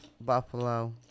Buffalo